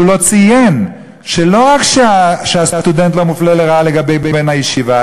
שהוא לא ציין שלא רק שהסטודנט לא מופלה לרעה ביחס לבן הישיבה,